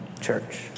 church